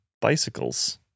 bicycles